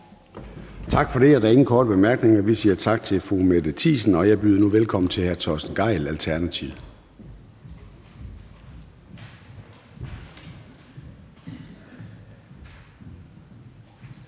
Tak for det, og der er ingen korte bemærkninger. Vi siger tak til fru Karina Adsbøl, og jeg byder nu velkommen til hr. Ole Birk Olesen,